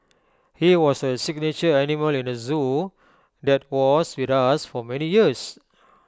he was A signature animal in the Zoo that was with us for many years